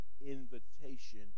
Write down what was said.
invitation